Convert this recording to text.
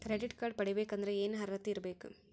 Credit card ಪಡಿಬೇಕಂದರ ಏನ ಅರ್ಹತಿ ಇರಬೇಕು?